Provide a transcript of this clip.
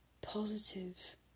positive